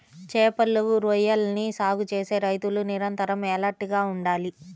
చేపలు, రొయ్యలని సాగు చేసే రైతులు నిరంతరం ఎలర్ట్ గా ఉండాలి